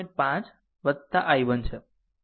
અને બાજુ આ i 1 આ પણ i 1 છે